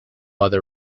other